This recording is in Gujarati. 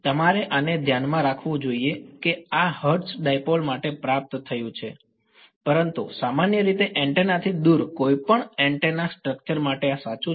તેથી તમારે આને ધ્યાનમાં રાખવું જોઈએ કે આ હર્ટ્ઝ ડાઈપોલ માટે પ્રાપ્ત થયું છે પરંતુ સામાન્ય રીતે એન્ટેના થી દૂર કોઈપણ એન્ટેના સ્ટ્રક્ચર માટે આ સાચું છે